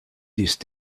these